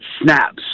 snaps